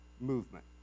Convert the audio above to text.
movement